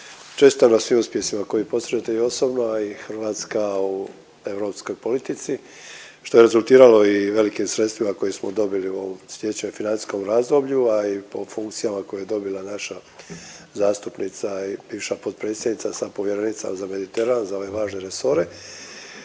čestitam na svim uspjesima koje postižete i osobno, a i Hrvatska u europskoj politici, što je rezultiralo i velikim sredstvima koje smo dobili u ovom sljedećem financijskom razdoblju, a i po funkcijama koje je dobila naša zastupnica i bivša potpredsjednica sa povjerenica za Mediteran za ove važne resore,